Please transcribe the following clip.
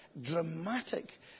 dramatic